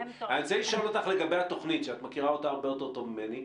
אני רוצה לשאול אותך לגבי התוכנית שאת מכירה אותה הרבה יותר טוב ממני.